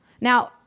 Now